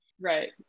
Right